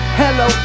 hello